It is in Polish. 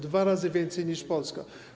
Dwa razy więcej niż Polska.